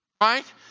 Right